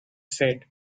said